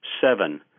Seven